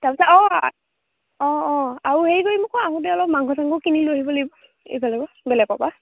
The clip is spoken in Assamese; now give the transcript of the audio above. তাৰপিছত অঁ অঁ অঁ আৰু হেৰি কৰি আকৌ আহোতে অলপ মাংস চাংস কিনি লৈ আহিব লাগিব এইফালৰ পৰা বেলেগৰ পৰা